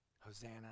Hosanna